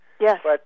Yes